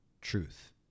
truth